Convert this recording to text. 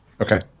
Okay